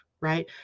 right